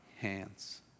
hands